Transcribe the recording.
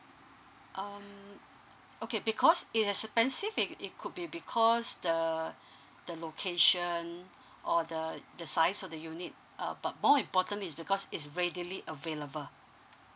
um okay because it's expensive it could be because the the location or the the size of the unit uh but more important is because is readily available